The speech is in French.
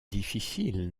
difficiles